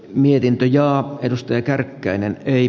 mietin jo opetustyö kärkkäinen j